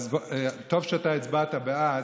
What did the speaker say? טוב שאתה הצבעת בעד,